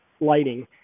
lighting